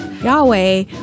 Yahweh